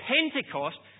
Pentecost